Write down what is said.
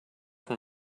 from